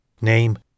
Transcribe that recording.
Name